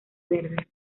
verde